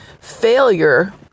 failure